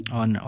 on